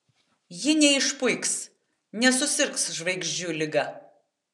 ji neišpuiks nesusirgs žvaigždžių liga